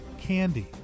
candy